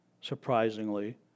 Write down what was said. Surprisingly